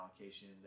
allocation